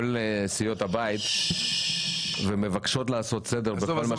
סיעות הבית ומבקשות לעשות סדר בכל מה שקשור -- עזוב,